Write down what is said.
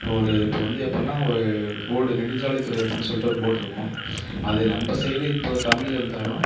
இப்போது ஒரு இப்போது வந்து எப்படினால் ஒரு போர்டு நெடுஞ்சாலை துறை அப்படினு சொல்லிட்டு ஒரு போர்டு இருக்கும் அது நம்ம சைடு இப்போது தமிழ் இருந்தாலும்